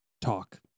talk